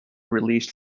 released